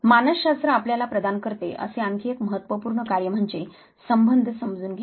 मानसशास्त्र आपल्याला प्रदान करते असे आणखी एक महत्त्वपूर्ण कार्य म्हणजे संबंध समजून घेणे